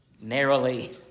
narrowly